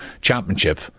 championship